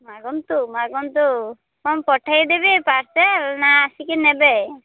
ମାଗନ୍ତୁ ମାଗନ୍ତୁ କ'ଣ ପଠେଇଦେବି ପାର୍ସଲ୍ ନା ଆସିକି ନେବେ